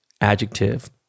adjective